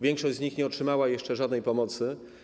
Większość z nich nie otrzymała jeszcze żadnej pomocy.